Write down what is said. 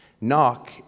knock